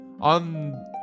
on